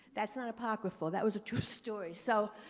that's not apocryphal. that was a true story. so,